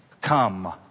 come